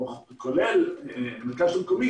כולל מרכז שלטון מקומי,